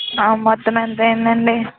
ఆ మొత్తం ఎంత అయ్యిందండి